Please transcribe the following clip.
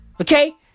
Okay